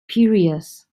piraeus